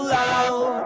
loud